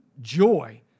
joy